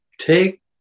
take